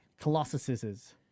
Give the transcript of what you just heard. Colossuses